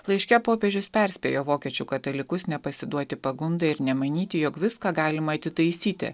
laiške popiežius perspėjo vokiečių katalikus nepasiduoti pagundai ir nemanyti jog viską galima atitaisyti